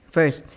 First